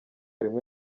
rimwe